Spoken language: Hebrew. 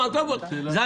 (ז)